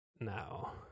now